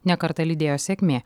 ne kartą lydėjo sėkmė